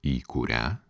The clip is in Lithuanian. į kurią